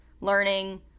learning